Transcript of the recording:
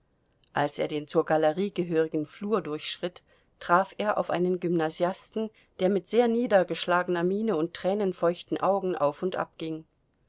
als er den zur galerie gehörigen flur durchschritt traf er auf einen gymnasiasten der mit sehr niedergeschlagener miene und tränenfeuchten augen auf und